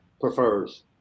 prefers